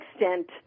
extent –